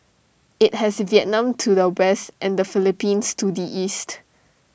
IT has Vietnam to the west and the Philippines to the east